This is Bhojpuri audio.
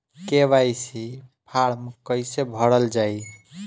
के.वाइ.सी फार्म कइसे भरल जाइ?